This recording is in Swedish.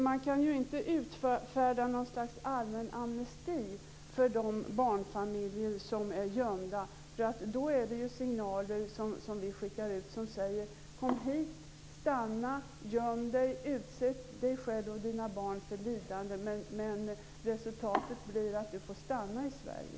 Man kan ju inte utfärda något slags allmän amnesti för de barnfamiljer som är gömda. De signaler som vi skickar ut skulle då bli: Kom hit. Stanna. Göm dig. Utsätt dig själv och dina barn för lidanden. Men resultatet blir att du få stanna i Sverige.